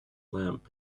lamp